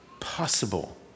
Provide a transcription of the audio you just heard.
possible